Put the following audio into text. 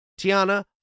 Tiana